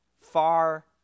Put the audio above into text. far